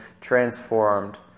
transformed